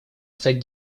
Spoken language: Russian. стать